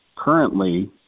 Currently